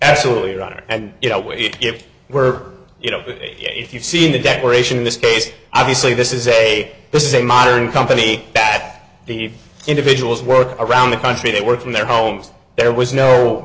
absolutely right and you know if it were you know if you've seen the declaration in this case obviously this is a this is a modern company that these individuals work around the country they work in their homes there was no